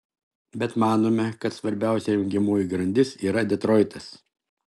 bet manome kad svarbiausia jungiamoji grandis yra detroitas